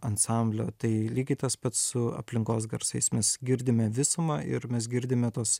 ansamblio tai lygiai tas pats su aplinkos garsais mes girdime visumą ir mes girdime tos